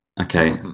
Okay